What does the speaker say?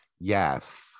Yes